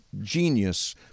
genius